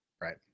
Right